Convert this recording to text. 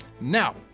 Now